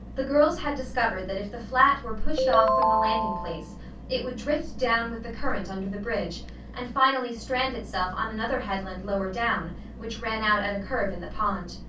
the girls had discovered that if the flat were pushed off from the landing place it would drift down with the current under the bridge and finally strand itself on another headland lower down which ran out at a curve in the pond.